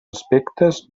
aspectes